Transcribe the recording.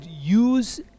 use